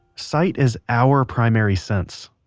sight is our primary sense.